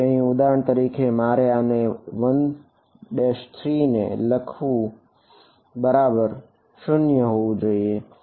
તેથી અહીં ઉદાહરણ તરીકે મારે આને 1 3 ને બરાબર 0 લખવું જોઈએ